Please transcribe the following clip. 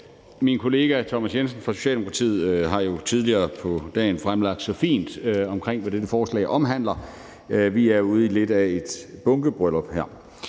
Min kollega, Thomas Jensen fra Socialdemokratiet, har jo tidligere på dagen så fint fremlagt, hvad dette forslag omhandler. Vi er ude i lidt af et bunkebryllup her.